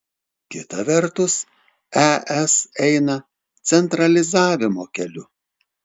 kita vertus es eina centralizavimo keliu